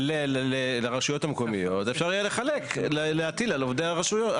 לרשויות המקומיות אפשר יהיה להטיל על עובדי הרשות.